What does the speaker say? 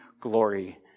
glory